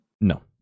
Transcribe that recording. No